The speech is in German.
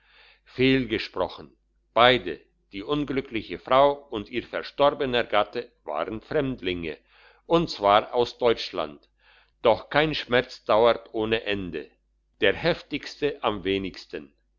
fehl gesprochen beide die unglückliche frau und ihr verstorbener gatte waren fremdlinge und zwar aus deutschland doch kein schmerz dauert ohne ende der heftigste am wenigsten